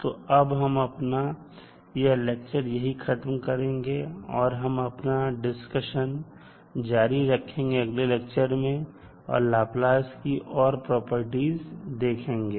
तो अब हम अपना यह लेक्चर यहीं खत्म करते हैं और हम अपना डिस्कशन जारी रखेंगे अगले लेक्चर में और लाप्लास की और प्रॉपर्टीज देखेंगे